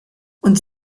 und